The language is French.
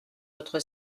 autre